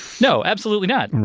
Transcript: no, absolutely not. and